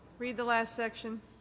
read the last section.